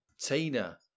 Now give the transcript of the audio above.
Tina